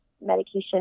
medication